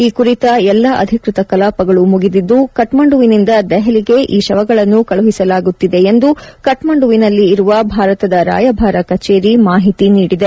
ಈ ಕುರಿತ ಎಲ್ಲಾ ಅಧಿಕೃತ ಕಲಾಪಗಳು ಮುಗಿದಿದ್ದು ಕಠ್ಮಂಡುವಿನಿಂದ ದೆಹಲಿಗೆ ಈ ಶವಗಳನ್ನು ಕಳಿಸಲಾಗುತ್ತಿದೆ ಎಂದು ಕಠ್ಮಂಡುವಿನಲ್ಲಿ ಇರುವ ಭಾರತದ ರಾಯಭಾರ ಕಚೇರಿ ಮಾಹಿತಿ ನೀಡಿದೆ